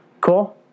Cool